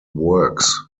works